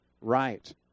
right